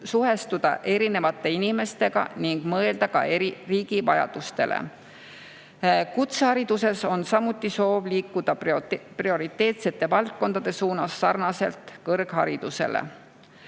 [arvestada] erinevate inimestega ning mõelda ka riigi vajadustele. Kutsehariduses on samuti soov liikuda prioriteedina prioriteetsete valdkondade suunas sarnaselt kõrgharidusega.